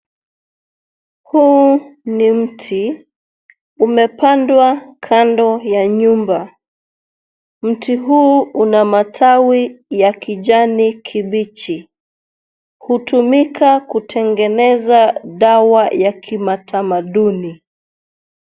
Hii ni mti. Imepandwa kando ya nyumba. Mti huu una matawi ya kijani kibichi. Hutumika kutengeneza dawa ya kimatamaduni.